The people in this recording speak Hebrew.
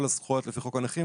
כל הזכויות לפי חוק הנכים